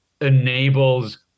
enables